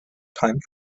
time